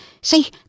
See